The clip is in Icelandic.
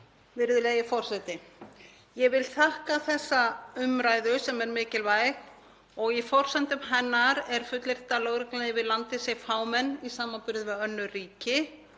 Virðulegi forseti. Ég vil þakka þessa umræðu sem er mikilvæg. Í forsendum hennar er fullyrt að lögreglan yfir landið sé fámenn í samanburði við önnur ríki